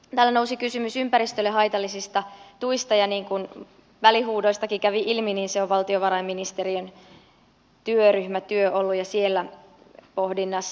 täällä nousi kysymys ympäristölle haitallisista tuista ja niin kuin välihuudoistakin kävi ilmi se on ollut valtiovarainministeriön työryhmätyön alla ja siellä pohdinnassa